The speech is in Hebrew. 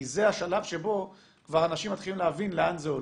כי זה השלב שבו אנשים כבר מתחילים להבין לאן זה הולך.